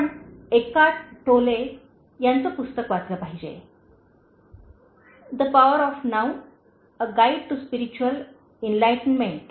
आपण Eckhart Tolle यांचे पुस्तक वाचले पाहिजे the power of now a guide to spiritual enlightenment